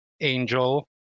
Angel